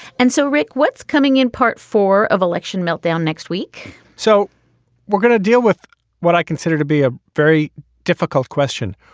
and so, rick, what's coming in part four of election meltdown next week? so we're gonna deal with what i consider to be a very difficult question.